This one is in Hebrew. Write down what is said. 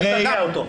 למה?